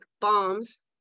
bombs